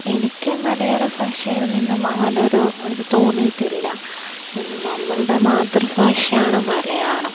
എനിക്ക് മലയാളഭാഷയിൽ നിന്നും അങ്ങനെയൊരു ഇത് തോന്നിയിട്ടില്ല നമ്മുടെ മാതൃഭാഷയാണ് മലയാളം